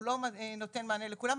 הוא לא נותן מענה לכולם,